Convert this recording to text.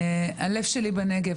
הלב שלי בנגב.